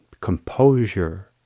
composure